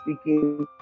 speaking